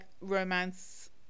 romance